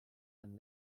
and